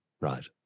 Right